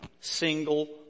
single